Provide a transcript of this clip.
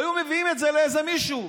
היו מביאים את זה לאיזה מישהו,